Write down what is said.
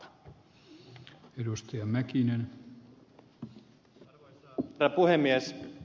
arvoisa herra puhemies